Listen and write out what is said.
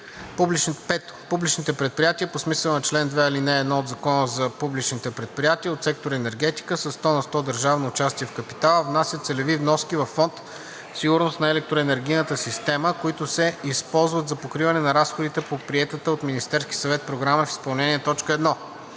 5. Публичните предприятия по смисъла на чл. 2, ал. 1 от Закона за публичните предприятия от сектор енергетика със 100 на 100 държавно участие в капитала внасят целеви вноски във Фонд „Сигурност на електроенергийната система“, които се използват за покриването на разходите по приетата от Министерския съвет Програма в изпълнение на